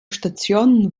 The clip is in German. stationen